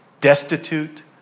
Destitute